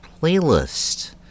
playlist